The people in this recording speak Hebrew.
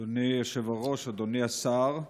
אדוני היושב-ראש, אדוני השר,